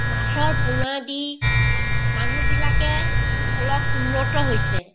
মাছৰ পোনা দি মানুহবিলাকে অলপ উন্নত হৈছে